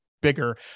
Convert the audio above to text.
bigger